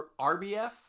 RBF